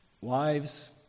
Wives